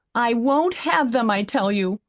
i won't have them, i tell you!